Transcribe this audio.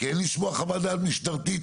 כן לשמוע חוות דעת משטרתית,